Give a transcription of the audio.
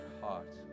heart